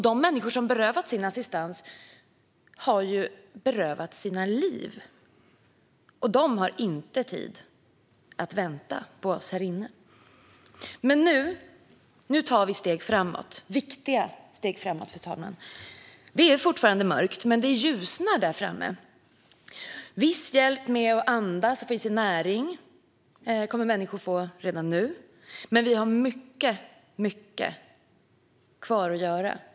De människor som har berövats sin assistans har berövats sina liv. De har inte tid att vänta på oss här inne. Fru talman! Nu tar vi viktiga steg framåt. Det är fortfarande mörkt, men det ljusnar där framme. Viss hjälp med att andas och få i sig näring kommer människor att få redan nu. Men vi har mycket kvar att göra.